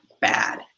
bad